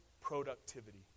productivity